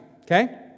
Okay